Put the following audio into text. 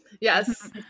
yes